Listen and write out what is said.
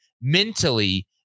mentally